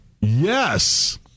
Yes